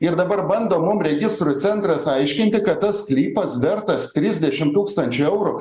ir dabar bando mum registrų centras aiškinti kad tas sklypas vertas trisdešim tūkstančių eurų